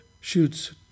shoots